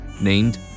named